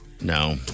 No